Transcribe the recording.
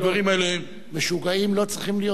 משוגעים לא צריכים להיות דווקא מישראל.